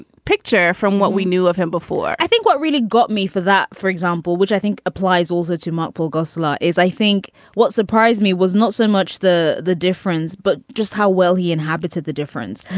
picture from what we knew of him before i think what really got me for that, for example, which i think applies also to multiple go-slow, is i think what surprised me was not so much the the difference, but just how well he and how. but it's the difference.